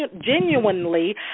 genuinely